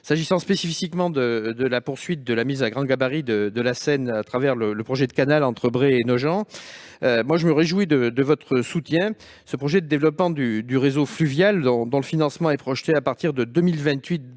S'agissant spécifiquement de la poursuite de la mise à grand gabarit de la Seine, à travers le projet de canal entre Bray et Nogent-sur-Seine, je me réjouis de votre soutien. Ce projet de développement du réseau fluvial, dont le financement est projeté à partir de 2028